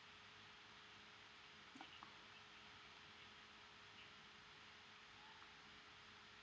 no